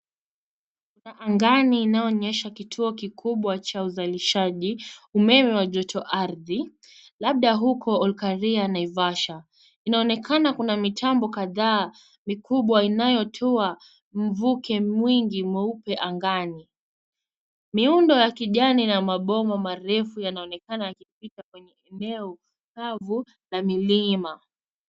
Angani inayo onyesha kituo kikubwa cha uzalishaji, Umeme wa joto ardhi labda huko Ol karia naivasha. Inaonekana Kuna mitambo kadhaa mikubwa inayotua mvuke mwingi mweupe angani .Miundo ya kijani na mabomba marefu yanaonekana yakipita kwenye eneo kavu na milima .